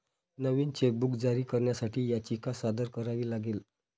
नवीन chequebook जारी करण्यासाठी याचिका सादर करावी लागेल